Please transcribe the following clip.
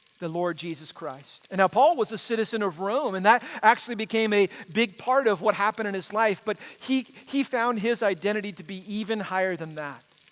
the lord jesus christ. and now paul was a citizen of rome and that actually became a big part of what happened in his life, but he he found his identity to be even higher than that.